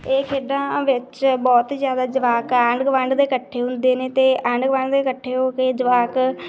ਇਹ ਖੇਡਾਂ ਵਿੱਚ ਬਹੁਤ ਹੀ ਜ਼ਿਆਦਾ ਜਵਾਕ ਆਂਢ ਗੁਆਂਢ ਦੇ ਇਕੱਠੇ ਹੁੰਦੇ ਨੇ ਅਤੇ ਆਂਢ ਗੁਆਂਢ ਦੇ ਇਕੱਠੇ ਹੋ ਕੇ ਜਵਾਕ